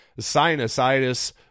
sinusitis